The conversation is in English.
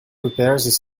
prepares